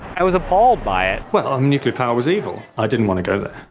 i was appalled by it. well, nuclear power was evil. i didn't want to go there.